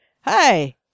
Hi